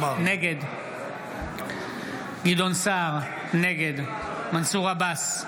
נגד גדעון סער, נגד מנסור עבאס,